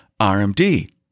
RMD